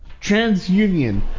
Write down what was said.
TransUnion